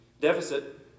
deficit